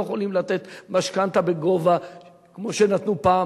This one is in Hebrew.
יכולים לתת משכנתה בגובה כמו שנתנו פעם,